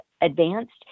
advanced